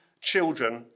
Children